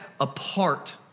apart